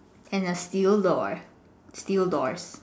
and a steel door steel doors